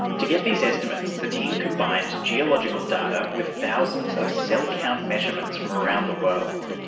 to get these estimates, the team combined geological data with thousands of cell count measurements from around the world.